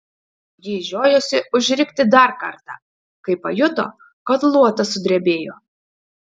jis žiojosi užrikti dar kartą kai pajuto kad luotas sudrebėjo